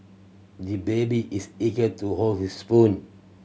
the baby is eager to hold his spoon